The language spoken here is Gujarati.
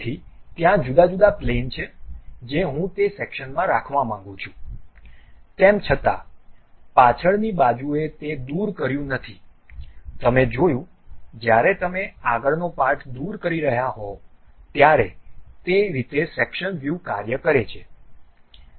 તેથી ત્યાં જુદા જુદા પ્લેન છે જે હું તે સેક્શનમાં રાખવા માંગુ છું તેમ છતાં પાછળની બાજુએ તે દૂર કર્યું નથી તમે જોયું જ્યારે તમે આગળનો પાર્ટ દૂર કરી રહ્યા હો ત્યારે તે રીતે સેક્શન વ્યૂ કાર્ય કરે છે